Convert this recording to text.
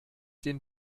den